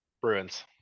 bruins